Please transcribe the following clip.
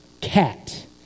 cat